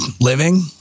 living